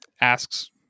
asks